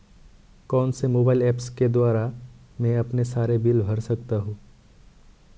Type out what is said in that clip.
कौनसे mobile apps के द्वारा मैं अपने सारे बिल भर सकता हूं?